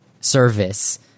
service